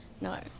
No